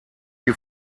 die